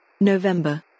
November